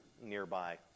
nearby